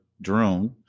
drone